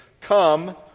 come